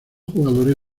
jugadores